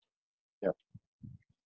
yup